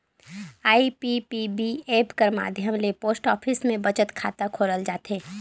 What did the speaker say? IPPB app कर माध्यम ले पोस्ट ऑफिस में बचत खाता खोलल जाथे